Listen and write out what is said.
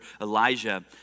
Elijah